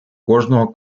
кожного